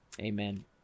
Amen